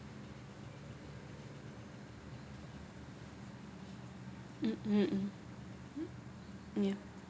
mm mm mm mm yeah